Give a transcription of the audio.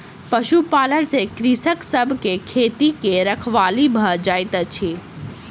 पशुपालन से कृषक सभ के खेती के रखवाली भ जाइत अछि